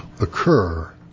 occur